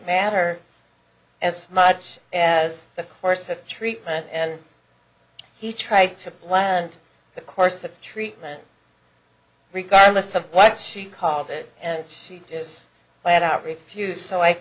matter as much as the course of treatment and he tried to land the course of treatment regardless of what she called it and she just flat out refused so i